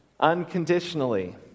unconditionally